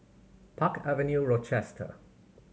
Park Avenue Rochester